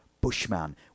Bushman